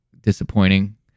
disappointing